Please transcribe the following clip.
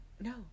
No